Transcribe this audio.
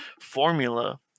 formula